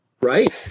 Right